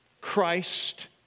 Christ